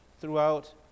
throughout